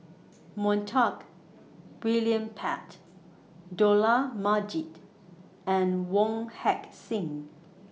Montague William Pett Dollah Majid and Wong Heck Sing